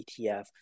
ETF